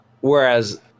Whereas